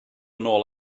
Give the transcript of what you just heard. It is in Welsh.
nôl